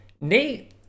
Nate